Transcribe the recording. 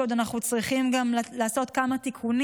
שעוד אנחנו צריכים לעשות כמה תיקונים.